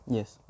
Yes